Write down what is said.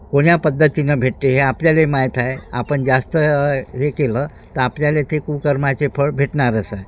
कोण्या पद्धतीनं भेटते हे आपल्यालाही माहीत आहे आपण जास्त हे केलं तं आपल्याला ते कुकर्माचे फळ भेटणारच आहे